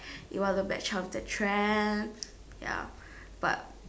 it was a bad choice of their trends ya but